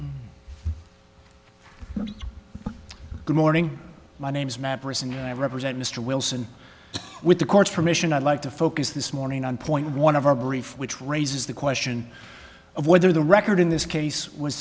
good morning my name is matt person and i represent mr wilson with the court's permission i'd like to focus this morning on point one of our brief which raises the question of whether the record in this case was